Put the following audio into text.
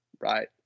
right